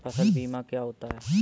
फसल बीमा क्या होता है?